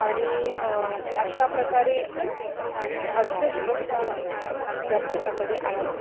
आणि अशा प्रकारे वि अंधश्रद्धा आमच्या भागामध्ये आहेत